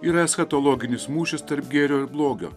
yra eschatologinis mūšis tarp gėrio blogio